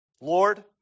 Lord